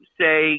say